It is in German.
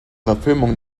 verfilmung